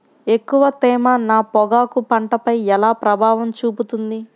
ఎక్కువ తేమ నా పొగాకు పంటపై ఎలా ప్రభావం చూపుతుంది?